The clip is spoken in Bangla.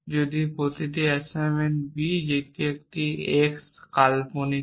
যদি প্রতিটি অ্যাসাইনমেন্ট B যেটি একটি x বৈকল্পিক হয়